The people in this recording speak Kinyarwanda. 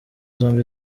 zombi